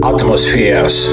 Atmospheres